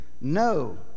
No